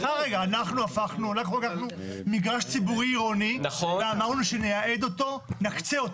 אנחנו לקחנו מגרש ציבורי עירוני ואמרנו שנקצה אותו